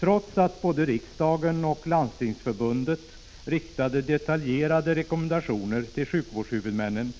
Trots att både riksdagen och Landstingsförbundet riktade detaljerade rekommendationer till sjukvårdshuvudmännen,